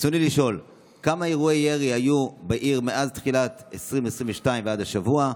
רצוני לשאול: 1. כמה אירועי ירי היום בעיר מאז תחילת 2022 ועד השבוע?